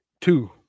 two